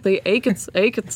tai eikit eikit